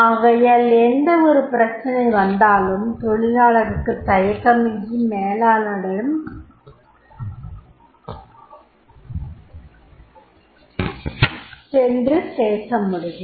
ஆகையால் எந்தவொரு பிரச்சனை வந்தாலும் தொழிலாளருக்கு தயக்கமின்றி மேலாளரிடம் சென்று பேசமுடியும்